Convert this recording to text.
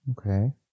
Okay